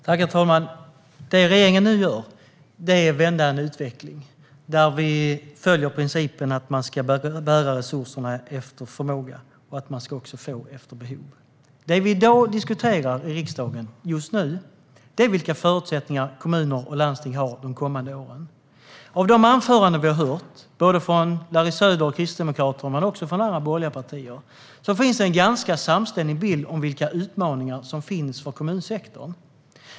Herr talman! Det regeringen nu gör är att vända en utveckling där vi följer principen att man ska bära resurserna efter förmåga och att man ska få efter behov. Det vi dag, just nu, diskuterar i riksdagen är vilka förutsättningar kommuner och landsting ska ha de kommande åren. I de anföranden vi har hört av Larry Söder och Kristdemokraterna men också av andra borgerliga partier finns en ganska samstämmig bild av vilka utmaningar som finns för kommunsektorn.